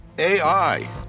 AI